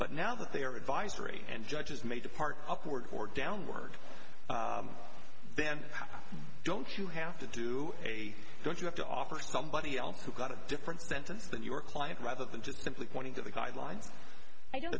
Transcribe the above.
but now that they are advisory and judges may depart upward or downward then don't you have to do a don't you have to offer somebody else who got a different sentence that your client rather than just simply pointing to the guidelines i